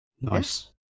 Nice